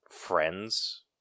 friends